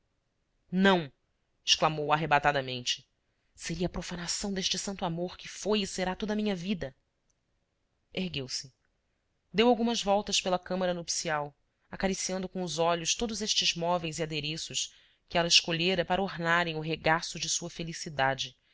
não exclamou arrebatadamente seria a profanação deste santo amor que foi e será toda a minha vida ergueu-se deu algumas voltas pela câmara nupcial acarician do com os olhos todos estes móveis e adereços que ela escolhera para ornarem o regaço de sua felicidade